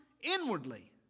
inwardly